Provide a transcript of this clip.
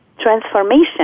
transformation